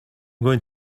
going